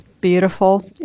beautiful